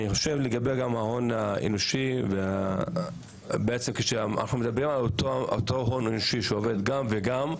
לגבי ההון האנושי בעצם אנחנו מדברים על אותו הון אנושי שעובד גם וגם.